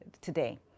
today